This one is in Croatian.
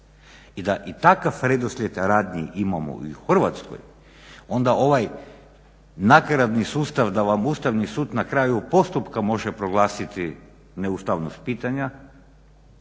I da i takav redoslijed radnji imamo i u Hrvatskoj onda ovaj nakaradni sustav da vam Ustavni sud na kraju postupka može proglasiti neustavnost pitanja,